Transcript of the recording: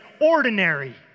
ordinary